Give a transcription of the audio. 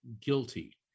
guilty